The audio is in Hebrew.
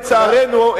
לצערנו,